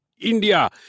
India